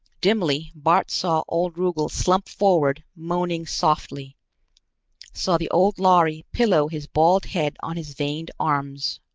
dimly bart saw old rugel slump forward, moaning softly saw the old lhari pillow his bald head on his veined arms.